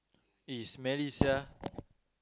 eh smelly sia